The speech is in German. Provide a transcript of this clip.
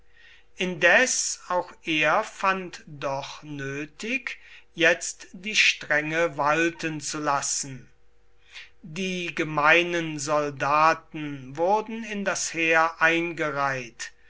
indes auch er fand doch nötig jetzt die strenge walten zu lassen die gemeinen soldaten wurden in das heer eingereiht